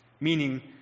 meaning